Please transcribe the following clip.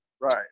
Right